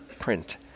print